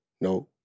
no